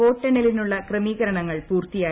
വോട്ടെണ്ണലിനുള്ള ക്രമീകരണങ്ങൾ പൂർത്തിയായി